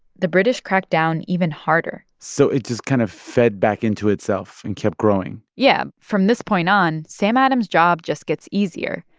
the british cracked down even harder so it just kind of fed back into itself and kept growing yeah. from this point on, sam adams' job just gets easier.